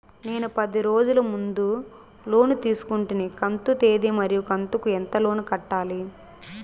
నేను పది రోజుల ముందు లోను తీసుకొంటిని కంతు తేది మరియు కంతు కు ఎంత లోను కట్టాలి?